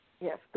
Yes